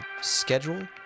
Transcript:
schedule